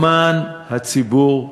למען הציבור בישראל.